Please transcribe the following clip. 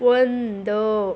ಒಂದು